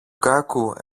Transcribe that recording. κάκου